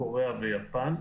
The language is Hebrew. קוריאה ויפן,